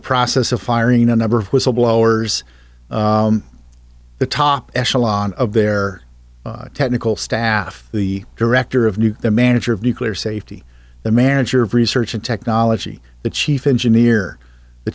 the process of firing a number of whistleblowers the top echelon of their technical staff the director of the manager of nuclear safety the manager of research and technology the chief engineer the